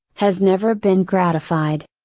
has never been gratified.